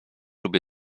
lubię